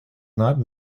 not